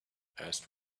asked